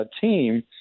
team